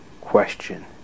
question